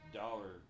dollar